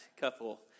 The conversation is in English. couple